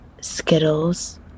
Skittles